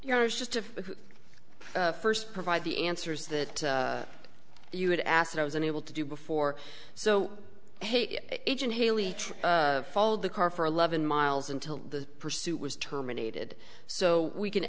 of first provide the answers that you would ask that i was unable to do before so hey agent haley followed the car for eleven miles until the pursuit was terminated so we can